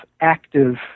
active